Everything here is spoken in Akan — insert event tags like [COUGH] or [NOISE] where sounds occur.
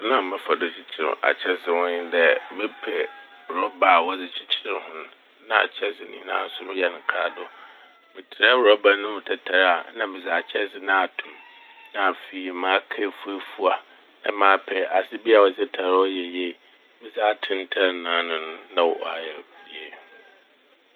[NOISE] Kwan a mefa do [NOISE] kyeker akyɛdze ho nye dɛ mepɛ [NOISE] rɔba a wɔdze kyekyer ho n' na akyɛdze [NOISE] ne nyinaa so meyɛ no krado. Metserɛ rɔba n' no mu tatar a na medze akyɛdze n' ato mu na afei maka efuwafuwa na mapɛ adze bi a wɔdze tar a ɔyɛ yie, medze atentar n'ano [NOISE] no na ɔayɛ yie.